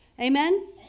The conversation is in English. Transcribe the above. Amen